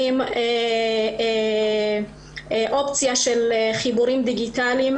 ולגברים אופציה של חיבורים דיגיטליים,